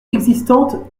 existantes